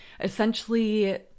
essentially